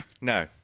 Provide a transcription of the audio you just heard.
No